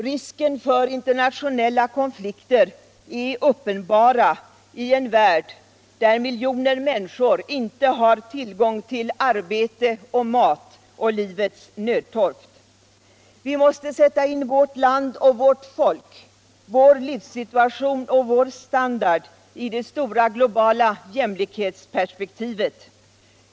Risken för internationella konflikter är uppenbara i en värld, där miljoner människor inte har tillgång till arbete, mat och livets nödtorft. Vi måste sätta in vårt land och vårt folk, vår livssituation och vår standard i det stora globala jämlikhetsperspektivet.